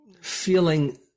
feeling